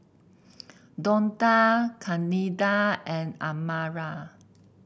Donta Candida and Amara